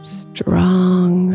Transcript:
strong